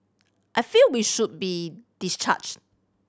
I feel we should be discharged